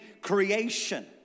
creation